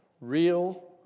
real